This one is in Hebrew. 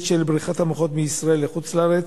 של בריחת מוחות מישראל לחוץ-לארץ.